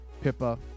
Pippa